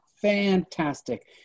fantastic